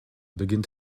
beginnt